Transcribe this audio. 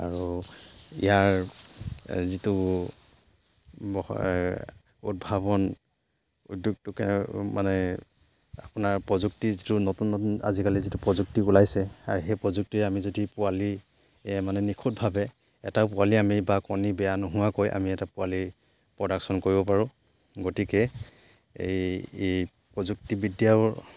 আৰু ইয়াৰ যিটো উদ্ভাৱন উদ্যোগটোকে মানে আপোনাৰ প্ৰযুক্তি যিটো নতুন নতুন আজিকালি যিটো প্ৰযুক্তি ওলাইছে আৰু সেই প্ৰযুক্তিৰে আমি যদি পোৱালি মানে নিখুঁটভাৱে এটা পোৱালি আমি বা কণী বেয়া নোহোৱাকৈ আমি এটা পোৱালি প্ৰডাকশ্যন কৰিব পাৰোঁ গতিকে এই এই প্ৰযুক্তিবিদ্যাও